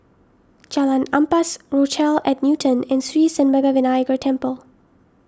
Jalan Ampas Rochelle at Newton and Sri Senpaga Vinayagar Temple